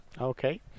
Okay